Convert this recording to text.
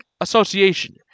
Association